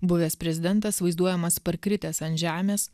buvęs prezidentas vaizduojamas parkritęs ant žemės